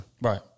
Right